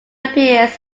appears